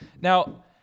Now